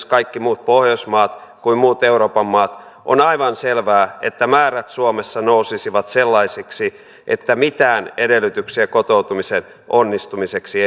kaikki muut pohjoismaat kuin muut euroopan maat on aivan selvää että määrät suomessa nousisivat sellaisiksi että mitään edellytyksiä kotoutumisen onnistumiseksi